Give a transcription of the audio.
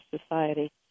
society